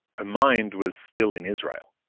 her mind was still in israel,